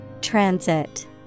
Transit